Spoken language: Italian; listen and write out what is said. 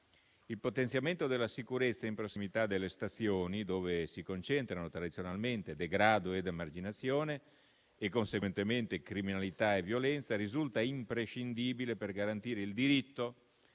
Il potenziamento della sicurezza in prossimità delle stazioni, dove si concentrano tradizionalmente degrado ed emarginazione e, conseguentemente, criminalità e violenza, risulta imprescindibile per garantire il diritto